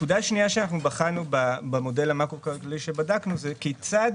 נקודה שנייה שבחנו במודל המקרו-כלכלי שבדקנו היא כיצד